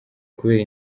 kubera